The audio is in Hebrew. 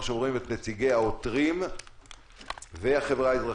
שומעים את נציגי העותרים והחברה האזרחית.